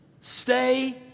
stay